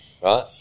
Right